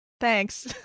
Thanks